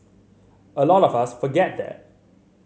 a lot of us forget that